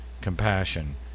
compassion